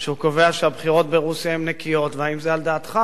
כשהוא קובע שהבחירות ברוסיה הן נקיות ואם זה על דעתך